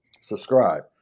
Subscribe